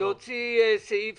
להוציא סעיף